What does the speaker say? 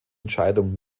entscheidung